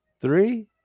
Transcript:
Three